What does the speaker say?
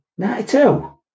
92